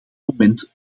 moment